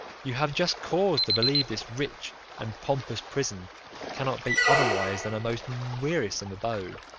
you have just cause to believe this rich and pompous prison cannot be otherwise than a most wearisome abode